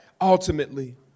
ultimately